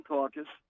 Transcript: Caucus